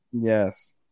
Yes